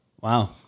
Wow